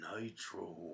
Nitro